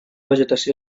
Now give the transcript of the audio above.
vegetació